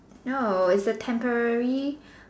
no it's a temporary